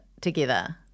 together